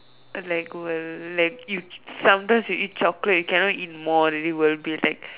like will like you sometimes you eat chocolate you cannot eat more already will be like